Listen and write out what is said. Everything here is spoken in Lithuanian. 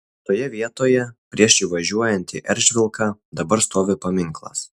toje vietoje prieš įvažiuojant į eržvilką dabar stovi paminklas